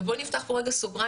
ובואי נפתח פה רגע סוגריים,